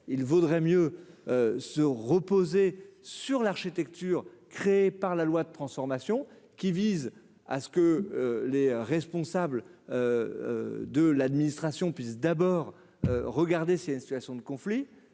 il vaudrait mieux se reposer sur l'architecture, créé par la loi de transformation qui vise à ce que les responsables de l'administration puissent d'abord regarder c'est une situation de conflit